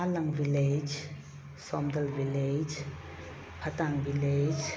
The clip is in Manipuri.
ꯍꯥꯂꯪ village Somdal village Phatang village